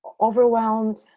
overwhelmed